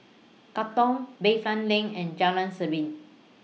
Katong Bayfront LINK and Jalan Serene